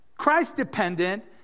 christ-dependent